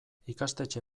ikastetxe